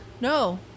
No